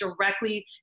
directly